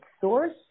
source